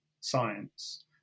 science